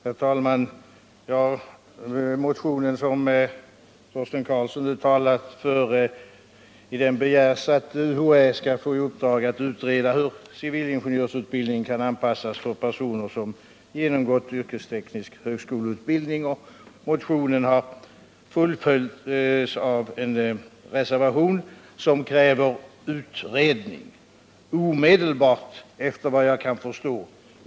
Herr talman! I den motion som Torsten Karlsson talade för begärs att UHÄ skall få i uppdrag att utreda hur civilingenjörsutbildningen kan anpassas för personer som genomgått yrkesteknisk högskoleutbildning. Motionen har fullföljts av en reservation, som kräver utredning — en omedelbar sådan efter vad jag kan förstå.